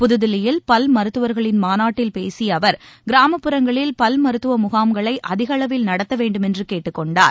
புதுதில்லியில் பல் மருத்துவர்களின் மாநாட்டில் பேசியஅவர் கிராமப்புறங்களில் பல் மருத்துவமுகாம்களைஅதிகளவில் நடத்தவேண்டுமென்றுகேட்டுக் கொண்டார்